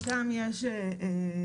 שם יש תתי-שיקולים.